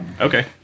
Okay